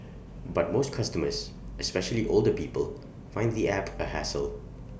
but most customers especially older people find the app A hassle